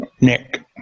Nick